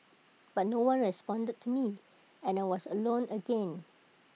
but no one responded to me and I was alone again